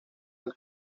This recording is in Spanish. del